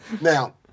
now